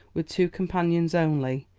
with two companions only,